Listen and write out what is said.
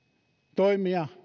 toimia